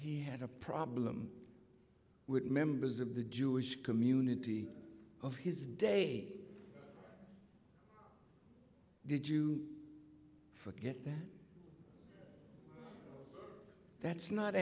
he had a problem with members of the jewish community of his day did you forget that that's not